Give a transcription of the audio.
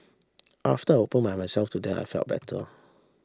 after I opened myself to them I felt better